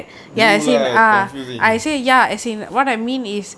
you lah confusing is